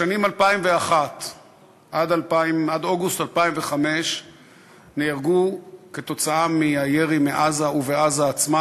משנת 2001 עד אוגוסט 2005 נהרגו מהירי מעזה ובעזה עצמה,